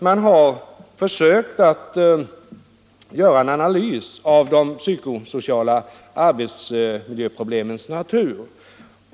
Man har försökt göra en analys av de psykosociala arbetsmiljöproblemens natur.